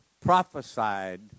prophesied